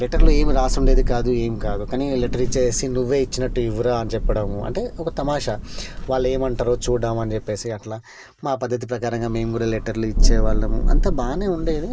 లెటర్లో ఏం వ్రాసి ఉండేది కాదు ఏం కాదు కానీ లెటర్ ఇచ్చేసి నువ్వే ఇచ్చినట్టు ఇవ్వరా అని చెప్పడము అంటే ఒక తమాషా వాళ్ళు ఏమి అంటారో చూద్దాము అని చెప్పేసి అట్లా మా పద్ధతి ప్రకారంగా మేము కూడా లెటర్లు ఇచ్చేవాళ్ళము అంతా బాగానే ఉండేది